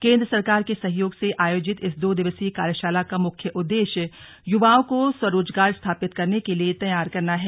केंद्र सरकार के सहयोग से आयोजित इस दो दिवसीय कार्यशाला का मुख्य उद्देश्य युवाओं को स्वरोजगार स्थापित करने के लिये तैयार करना है